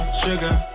sugar